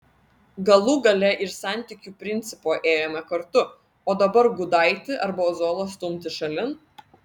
galų gale ir santykių principo ėjome kartu o dabar gudaitį arba ozolą stumti šalin